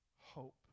Hope